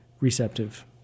receptive